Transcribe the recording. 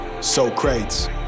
Socrates